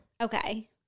Okay